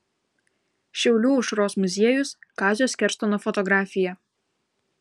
šiaulių aušros muziejus kazio skerstono fotografija